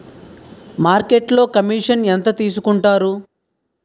మార్కెట్లో కమిషన్ ఎంత తీసుకొంటారు?